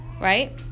right